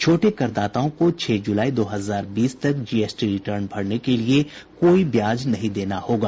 छोटे करदाताओं को छह जुलाई दो हजार बीस तक जीएसटी रिटर्न भरने के लिए कोई ब्याज नहीं देना होगा